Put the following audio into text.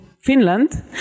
Finland